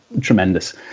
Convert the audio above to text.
tremendous